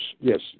Yes